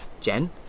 Jen